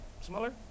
smaller